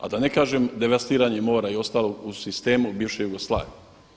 A da ne kažem devastiranje mora i ostalog u sistemu bivše Jugoslavije.